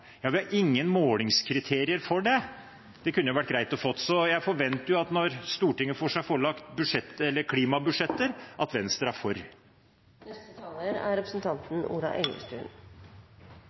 Ja, vi har ingen målingskriterier for det. Det kunne jo vært greit å få. Så jeg forventer at når Stortinget får seg forelagt klimabudsjetter, er Venstre for. Det er nesten vanskelig å vite hvor jeg skal begynne, men indignasjonen fra representanten Aasland er